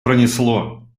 пронесло